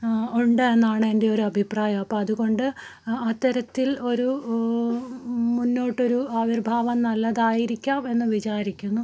ഉണ്ട് എന്നാണ് എൻ്റെ ഒരു അഭിപ്രായം അപ്പോൾ അതുകൊണ്ട് അത്തരത്തിൽ ഒരു മുന്നോട്ടൊരു ആവിർഭാവം നല്ലതായിരിക്കാം എന്നു വിചാരിക്കുന്നു